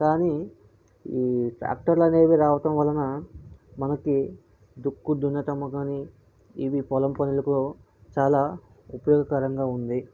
కానీ ఈ ట్రాక్టర్లు అనేవి రావడం వలన మనకి దుక్కుదున్నడం కానీ ఇవి పొలం పనులకి చాలా ఉపయోగకరంగా ఉంది